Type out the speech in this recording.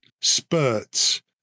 spurts